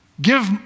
give